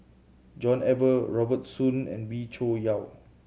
John Eber Robert Soon and Wee Cho Yaw